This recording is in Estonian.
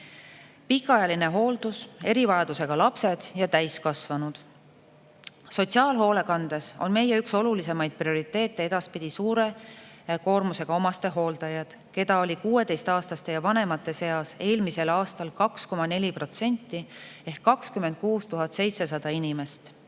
Pikaajaline hooldus, erivajadusega lapsed ja täiskasvanud. Sotsiaalhoolekandes on edaspidi meie üks olulisemaid prioriteete suure koormusega omastehooldajad, keda oli 16‑aastaste ja vanemate seas eelmisel aastal 2,4% ehk 26 700 inimest.